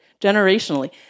generationally